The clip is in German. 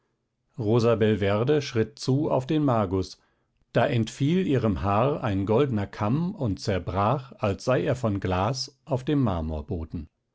rosabelverde schritt zu auf den magus da entfiel ihrem haar ein goldner kamm und zerbrach als sei er von glas auf dem